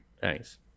Thanks